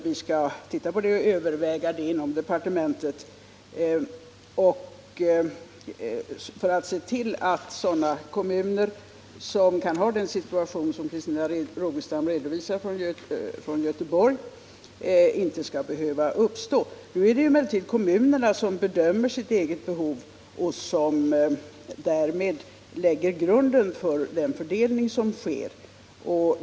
Vi skall överväga det inom departementet för att hjälpa sådana kommuner som kan ha den situation som Christina Rogestam redovisat från Göteborg. Det är emellertid kommunerna som bedömer de egna behoven och som därmed lägger grunden för den fördelning som sker.